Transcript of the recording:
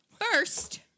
First